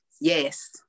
yes